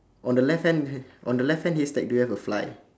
on the left hand h~ on the left hand haystack do you have a fly